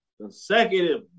consecutive